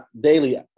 Daily